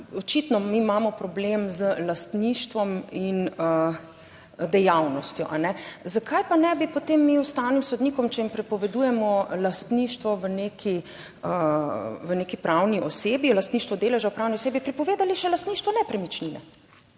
očitno mi imamo problem z lastništvom in dejavnostjo, a ne. Zakaj pa ne bi potem mi ustavnim sodnikom, če jim prepovedujemo lastništvo v neki pravni osebi, lastništvo deleža v pravni osebi, prepovedali še lastništvo nepremičnine.